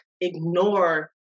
ignore